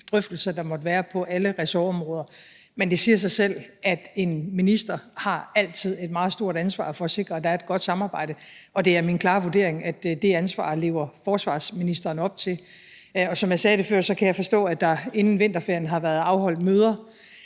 drøftelser, der måtte være på alle ressortområder, men det siger sig selv, at en minister altid har et meget stort ansvar for at sikre, at der er et godt samarbejde, og det er min klare vurdering, at det ansvar lever forsvarsministeren op til. Som jeg sagde det før, kan jeg forstå, at der inden vinterferien har været afholdt møder